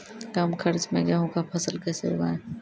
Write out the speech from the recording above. कम खर्च मे गेहूँ का फसल कैसे उगाएं?